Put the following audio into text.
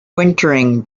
wintering